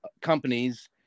companies